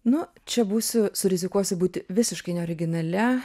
nu čia būsiu surizikuosiu būti visiškai neoriginalia